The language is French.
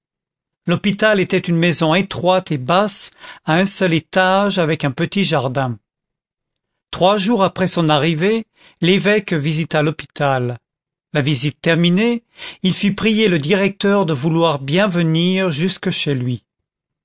l'hôpital était une maison étroite et basse à un seul étage avec un petit jardin trois jours après son arrivée l'évêque visita l'hôpital la visite terminée il fit prier le directeur de vouloir bien venir jusque chez lui